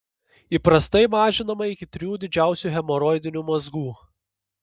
įprastai mažinama iki trijų didžiausių hemoroidinių mazgų